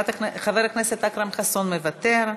חבר הכנסת אכרם חסון, מוותר.